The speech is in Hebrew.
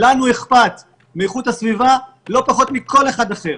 לנו אכפת מאיכות הסביבה לא פחות מלכל אחד אחר,